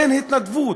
אין התנדבות.